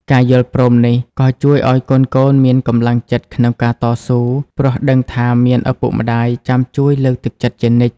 ការយល់ព្រមនេះក៏ជួយឱ្យកូនៗមានកម្លាំងចិត្តក្នុងការតស៊ូ ព្រោះដឹងថាមានឪពុកម្ដាយចាំជួយលើកទឹកចិត្តជានិច្ច។